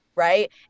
Right